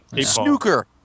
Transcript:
snooker